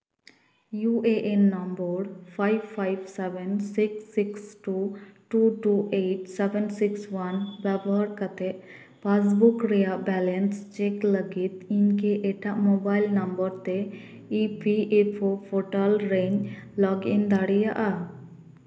U A N number five five seven six six two two two eight seven six one ᱵᱮᱵᱚᱦᱟᱨ ᱠᱟᱛᱮ passbook ᱨᱮᱭᱟᱜ balance check ᱞᱟᱹᱜᱤᱫ ᱤᱧ ᱠᱤ ᱮᱴᱟᱜ ᱢᱳᱵᱟᱭᱤᱞ ᱱᱟᱢᱵᱟᱨ ᱛᱮ E P F O portal ᱨᱤᱧ ᱞᱚᱜᱽ ᱤᱱ ᱫᱟᱲᱮᱭᱟᱜᱼᱟ